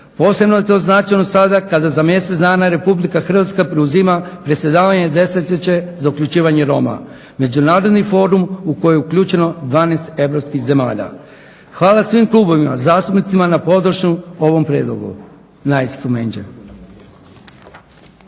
Posebno je to značajno sada kada za mjesec dana Republika Hrvatska preuzima predsjedavanje desetljeće za uključivanje Roma, međunarodni forum u koji je uključeno 12 europskih zemalja. Hvala svim klubovima, zastupnicima na podršci ovom prijedlogu.